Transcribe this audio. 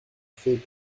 fait